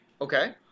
Okay